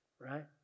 right